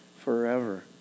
forever